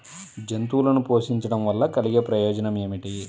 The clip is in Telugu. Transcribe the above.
జంతువులను పోషించడం వల్ల కలిగే ప్రయోజనం ఏమిటీ?